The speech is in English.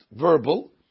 verbal